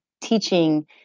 teaching